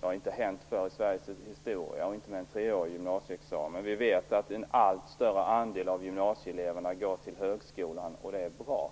Det har inte hänt förr i Sveriges historia, inte med en treårig gymnasieexamen. Vi vet att en allt större andel gymnasieelever går till högskolan, och det är bra.